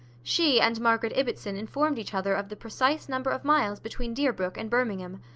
she and margaret ibbotson informed each other of the precise number of miles between deerbrook and birmingham.